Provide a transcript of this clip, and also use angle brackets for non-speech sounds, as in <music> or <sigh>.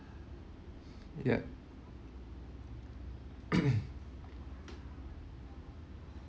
yup <noise>